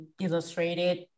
illustrated